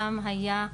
שם היה,